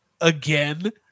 again